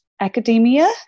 academia